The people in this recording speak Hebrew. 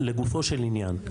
לגופו של עניין,